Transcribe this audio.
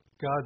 God